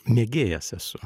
mėgėjas esu